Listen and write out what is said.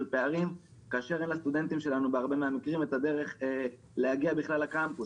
כאשר לסטודנטים שלנו אין בכלל את הדרך להגיע לקמפוס.